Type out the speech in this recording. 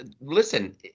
listen